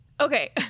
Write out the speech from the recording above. Okay